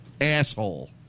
asshole